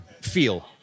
feel